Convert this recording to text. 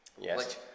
Yes